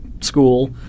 school